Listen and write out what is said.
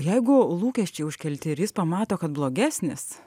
jeigu lūkesčiai užkelti ir jis pamato kad blogesnis